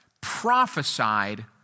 prophesied